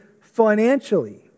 financially